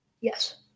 yes